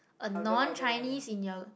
a non Chinese in your